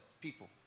people